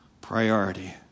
priority